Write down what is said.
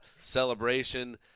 celebration